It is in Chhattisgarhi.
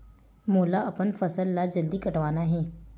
मोला अपन फसल ला जल्दी कटवाना हे?